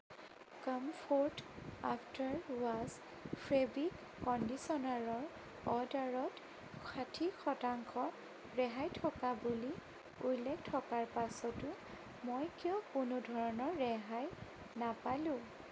comfort after wash fabric কণ্ডিশ্যনাৰৰ অৰ্ডাৰত ষাঠি শতাংশ ৰেহাই থকা বুলি উল্লেখ থকাৰ পাছতো মই কিয় কোনো ধৰণৰ ৰেহাই নাপালো